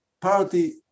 party